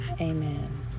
Amen